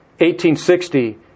1860